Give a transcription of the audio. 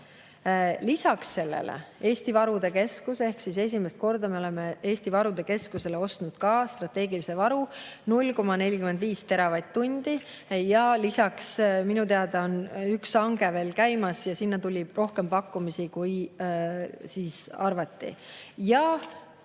Lisaks sellele on Eesti Varude Keskus ja esimest korda me oleme Eesti Varude Keskusele ostnud strateegilise varu 0,45 teravatt-tundi. Lisaks on minu teada üks hange veel käimas ja sinna tuli rohkem pakkumisi, kui arvati.